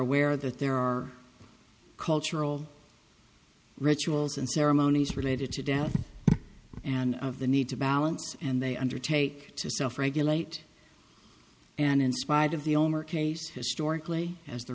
aware that there are cultural rituals and ceremonies related to death and of the need to balance and they undertake to self regulate and in spite of the omer case historically as the